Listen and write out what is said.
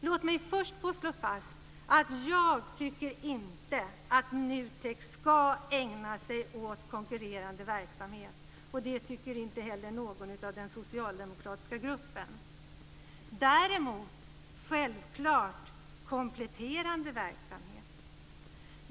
Låt mig först slå fast att jag inte tycker att NUTEK ska ägna sig åt konkurrerande verksamhet. Det tycker inte någon i den socialdemokratiska gruppen. Däremot ska det självklart vara kompletterande verksamhet.